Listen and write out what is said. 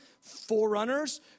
forerunners